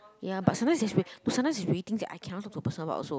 ya but sometimes but sometimes I cannot talk to the person about what also